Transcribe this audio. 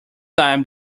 time